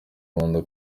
rwanda